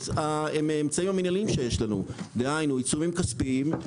המינהליים שיש לנו דהיינו עיצומים כספיים,